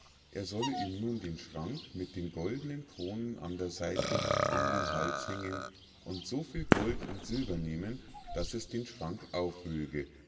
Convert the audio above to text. er solle ihm nun den schrank mit den goldnen kronen an der einen seite um den hals hängen und so viel gold und silber nehmen daß es den schrank aufwöge